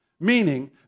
meaning